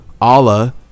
Allah